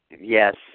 yes